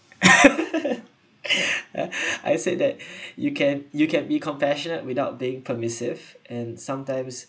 I said that you can you can be compassionate without being permissive and sometimes